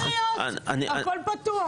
יכול להיות, הכול פתוח.